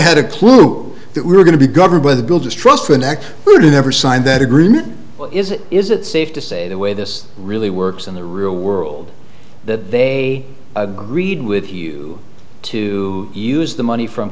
had a clue that we were going to be governed by the bill distrust for an act who never signed that agreement is it is it safe to say the way this really works in the real world that they agreed with you to use the money from